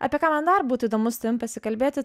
apie ką man dar būtų įdomu su tavim pasikalbėti